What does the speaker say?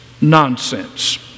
nonsense